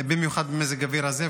במיוחד במזג האוויר הזה.